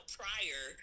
prior